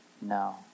No